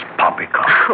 poppycock